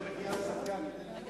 את יכולה לעלות לבמה, אבל